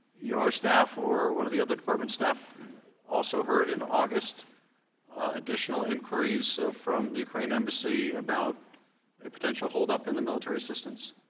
your staff or one of the other department staff also heard in august, it additional inquiries from the ukrainian embassy about a potential hold up in the military assistance?